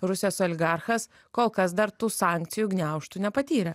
rusijos oligarchas kol kas dar tų sankcijų gniaužtų nepatyrė